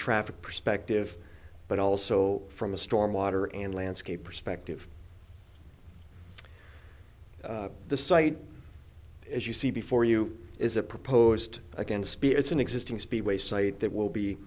traffic perspective but also from a stormwater and landscape perspective the site as you see before you is a proposed again spirits an existing speedway site that will